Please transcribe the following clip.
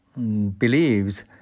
believes